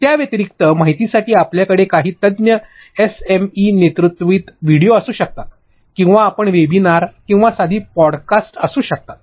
त्या व्यतिरिक्त माहितीसाठी आपल्याकडे विषय तज्ञ एसएमई नेतृत्वित व्हिडिओ असू शकतात किंवा आपण वेबिनार किंवा साधी पॉडकास्ट असू शकतात